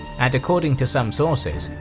and according to some sources,